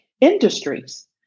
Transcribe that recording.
industries